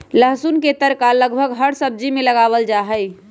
लहसुन के तड़का लगभग हर सब्जी में लगावल जाहई